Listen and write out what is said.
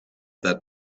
that